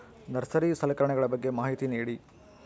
Nursery ಸಲಕರಣೆಗಳ ಬಗ್ಗೆ ಮಾಹಿತಿ ನೇಡಿ?